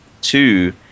two